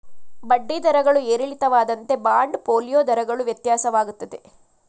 ಬಡ್ಡಿ ದರಗಳು ಏರಿಳಿತವಾದಂತೆ ಬಾಂಡ್ ಫೋಲಿಯೋ ದರಗಳು ವ್ಯತ್ಯಾಸವಾಗುತ್ತದೆ